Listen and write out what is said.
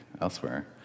elsewhere